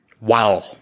wow